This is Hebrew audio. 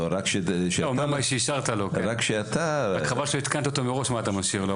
רק חבל שלא עדכנת אותו מראש מה אתה משאיר לו,